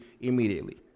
immediately